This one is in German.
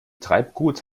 treibgut